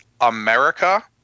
America